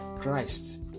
christ